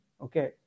Okay